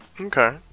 Okay